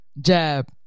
Jab